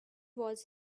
was